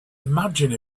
imagine